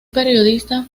periodista